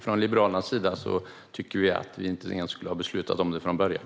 Från Liberalernas sida tycker vi att vi egentligen inte skulle ha beslutat om detta från början.